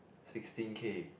sixteen K